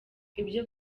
ibyo